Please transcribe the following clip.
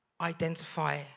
identify